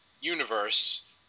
Universe